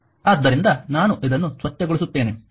ಆದ್ದರಿಂದ ನಾನು ಇದನ್ನು ಸ್ವಚ್ಛಗೊಳಿಸುತ್ತೇನೆ